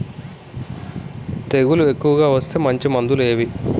తెగులు ఎక్కువగా వస్తే మంచి మందులు ఏవి?